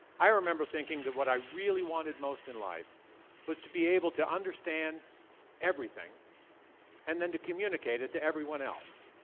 i remember thinking that what i really wanted most in life was to be able to understand everything and then to communicate it to everyone else.